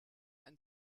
ein